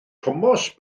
thomas